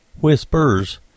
whispers